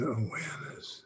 awareness